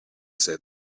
said